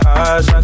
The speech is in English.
eyes